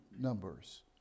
numbers